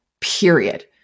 period